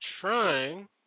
trying